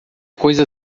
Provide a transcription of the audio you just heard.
coisa